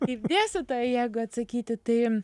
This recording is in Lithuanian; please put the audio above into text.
kaip dėstytoja jeigu atsakyti tai